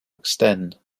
extend